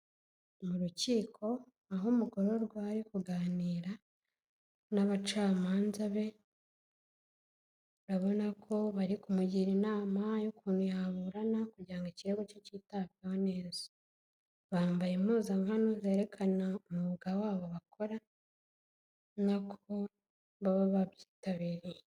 Mu rukiko aho umugororwa ari kuganira n'abacamanza be, urabona ko bari kumugira inama y'ukuntu yaburana kugira ngo ikirego cye cyitabweho neza. Bambaye impuzankano zerekana umwuga wabo bakora, ubona ko baba babyitabiriye.